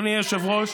אדוני היושב-ראש,